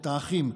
את האחים,